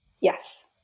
Yes